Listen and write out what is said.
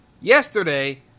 Yesterday